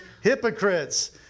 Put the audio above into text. hypocrites